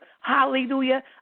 Hallelujah